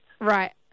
Right